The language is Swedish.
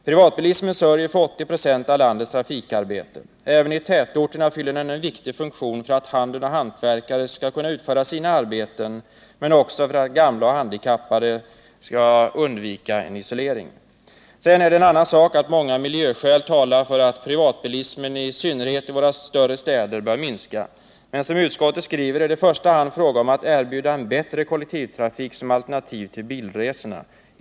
Privatbilismen sörjer för 80 96 av landets trafikarbete. Även i tätorterna fyller den en viktig funktion för att handeln och hantverkare skall kunna utföra sina arbeten men också för att gamla och handikappade skall kunna undvika isolering. Sedan är det en annan sak att många miljöskäl talar för att privatbilismen, i synnerhet i våra större städer, bör minska. Men som utskottet skriver är det i första hand fråga om att erbjuda en bättre kollektivtrafik som alternativ till bilresorna.